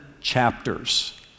chapters